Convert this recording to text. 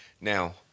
Now